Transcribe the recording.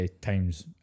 times